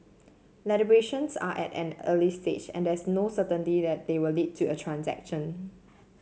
are at an early stage and there's no certainty that they will lead to a transaction